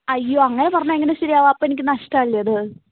അയ്യോ അങ്ങനെ പറഞ്ഞാൽ എങ്ങനെയാണ് ശരിയാവുക അപ്പം എനിക്ക് നഷ്ടമല്ലെ അത്